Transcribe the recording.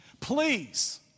Please